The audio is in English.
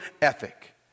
ethic